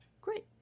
Great